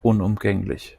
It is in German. unumgänglich